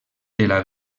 del